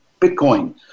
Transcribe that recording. Bitcoin